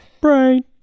brain